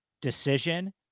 decision